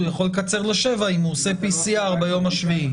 הוא יכול לקצר לשבעה אם הוא עושה PCR ביום השביעי.